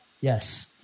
Yes